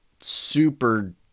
super